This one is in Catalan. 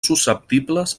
susceptibles